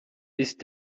ist